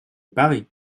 paris